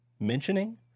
mentioning